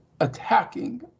attacking